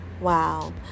Wow